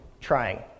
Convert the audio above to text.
trying